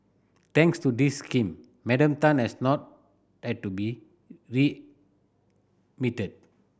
thanks to this scheme Madam Tan has not had to be